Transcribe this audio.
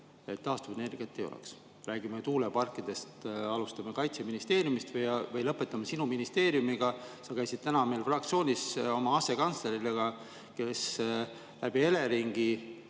taastuvenergiat ei oleks. Räägime tuuleparkidest. Alustame Kaitseministeeriumist ja lõpetame sinu ministeeriumiga. Sa käisid täna meil fraktsioonis oma asekantsleriga, kes Eleringi